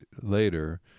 later